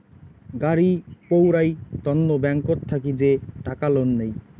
গাড়ি পৌরাই তন্ন ব্যাংকত থাকি যে টাকা লোন নেই